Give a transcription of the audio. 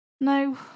No